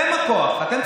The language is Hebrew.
אני אתן לכם, אתם הכוח.